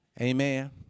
Amen